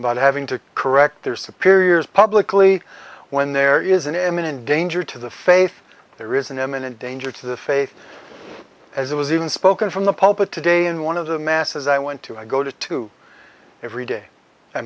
but having to correct their superiors publicly when there is an imminent danger to the faith there is an imminent danger to the faith as it was even spoken from the pope it today in one of the masses i went to i go to two every day